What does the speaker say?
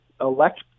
elect